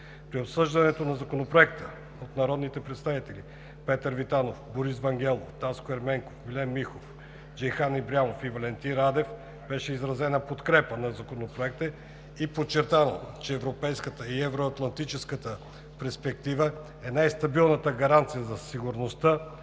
При обсъждането на Законопроекта от народните представители Петър Витанов, Борис Вангелов, Таско Ерменков, Милен Михов, Джейхан Ибрямов и Валентин Радев беше изразена подкрепа на Законопроекта и подчертано, че европейската и евроатлантическата перспектива е най-стабилната гаранция за сигурността